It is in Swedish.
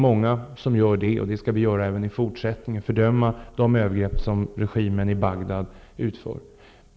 Många gör det, och vi skall även i fortsättningen fördöma de övergrepp som regimen i Bagdad utför.